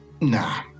nah